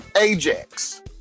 Ajax